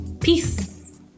peace